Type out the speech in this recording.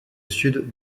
sud